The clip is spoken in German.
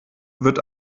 wird